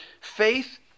Faith